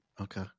okay